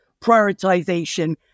prioritization